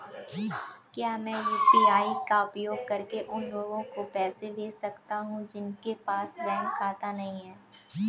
क्या मैं यू.पी.आई का उपयोग करके उन लोगों को पैसे भेज सकता हूँ जिनके पास बैंक खाता नहीं है?